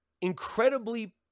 incredibly